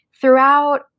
throughout